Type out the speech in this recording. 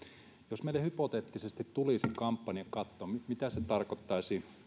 jos meille hypoteettisesti tulisi kampanjakatto mitä se tarkoittaisi